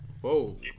Whoa